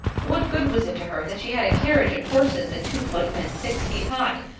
what good was it to her that she had a carriage and horses and two footmen six feet high?